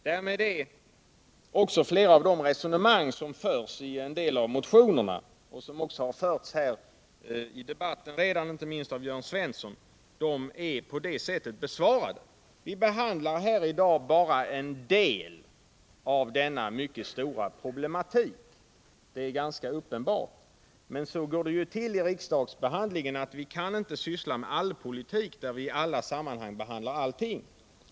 Därmed är också flera av de resonemang som förs i en del av motionerna och som har förts här i debatten, inte minst av Jörn Svensson, redan besvarade. Vi behandlar i dag bara en del av denna mycket stora problematik. Det går ju så till här i riksdagen att vi i olika sammanhang inte kan behandla allting.